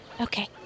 Okay